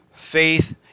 Faith